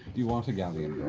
do you want a galleon,